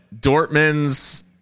Dortmund's